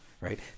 right